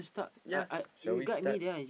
ya shall we start